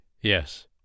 yes